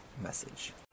message